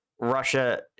russia